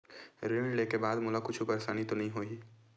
ऋण लेके बाद मोला कुछु परेशानी तो नहीं होही?